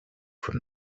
from